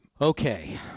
Okay